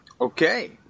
okay